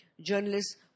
journalists